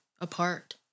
apart